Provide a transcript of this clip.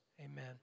Amen